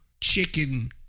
chicken